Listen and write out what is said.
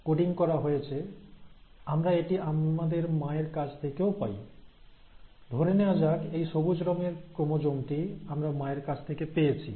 একটি ক্রোমোজোম যা সমজাতীয় বৈশিষ্ট্যগুলি কোড করে এই ক্রোমোজোমটি যদিও সদৃশ্য নয় তবুও এটি আমরা মায়ের কাছ থেকে পাব ধরে নেওয়া যাক এই সবুজ রঙের ক্রোমোজোমটি আমরা মায়ের কাছ থেকে পেয়েছি